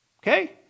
Okay